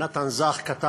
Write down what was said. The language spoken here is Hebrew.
בשירו